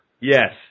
yes